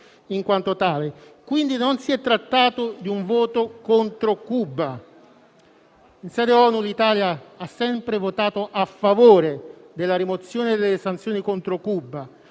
quindi, non si è trattato di un voto contro Cuba. In sede ONU l'Italia ha sempre votato a favore della rimozione delle sanzioni contro Cuba